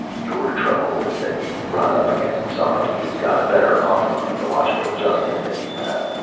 your trouble is that you've run up against somebody who's got a better optimum ecological adjustment than you have.